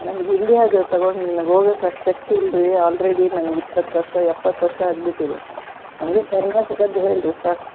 ನನ್ಗೆ ಇಂಡಿಯಾದ ತಗೊಂಡು ಹೋಗೋಕೆ ಅಷ್ಟು ಶಕ್ತಿ ಇಲ್ಲರಿ ಆಲ್ರೆಡಿ ನನ್ಗೆ ಇಪ್ಪತ್ತು ವರ್ಷ ಎಪ್ಪತ್ತು ವರ್ಷ ಆಗಿಬಿಟ್ಟಿದೆ ನನಗೆ ಕರ್ನಾಟಕದ ಹೇಳಿರಿ ಸಾಕು